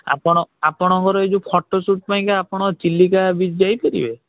ଆପଣ ଆପଣଙ୍କର ଏଇ ଯେଉଁ ଫଟୋ ସୁଟ୍ ପାଇଁକା ଆପଣ ଚିଲିକା ବିଚ୍ ଯାଇ ପାରିବେ